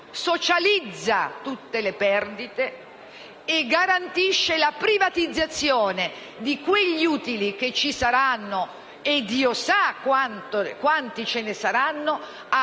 socializza tutte le perdite e garantisce la privatizzazione di quegli utili che ci saranno - e Dio sa quanti ce ne saranno